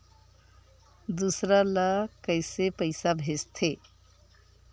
दूसरा ला कइसे पईसा भेजथे?